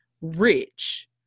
rich